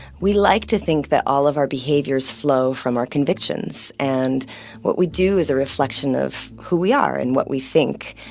we like to think that all of our behaviors flow from our convictions, and what we do is a reflection of who we are and what we think.